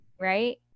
Right